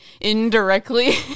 indirectly